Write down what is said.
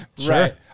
Right